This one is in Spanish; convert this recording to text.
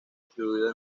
distribuido